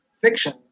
fiction